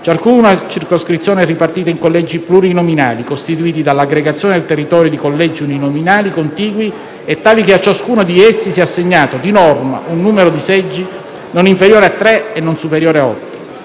ciascuna circoscrizione è ripartita in collegi plurinominali, costituiti dall'aggregazione del territorio di collegi uninominali contigui e tali che a ciascuno di essi sia assegnato, di norma, un numero di seggi non inferiore a tre e non superiore a otto.